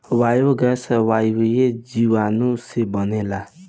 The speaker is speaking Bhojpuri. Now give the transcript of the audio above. बायोगैस अवायवीय जीवाणु सन से बनेला